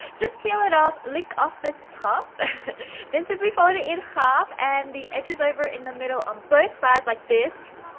just peel it off, lick off the top laughs then simply fold it in half, and the edges over in the middle on both sides like this.